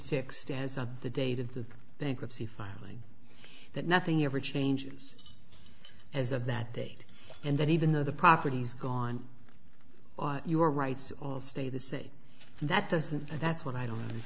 fixed as of the date of the bankruptcy filing that nothing ever changes as of that day and that even though the property is gone on your rights to stay the say that doesn't that's what i don't